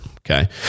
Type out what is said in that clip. Okay